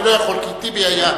אני לא יכול, כי טיבי היה.